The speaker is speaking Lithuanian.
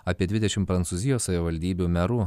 apie dvidešim prancūzijos savivaldybių merų